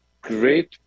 great